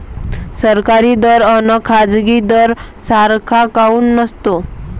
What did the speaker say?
सरकारी दर अन खाजगी दर सारखा काऊन नसतो?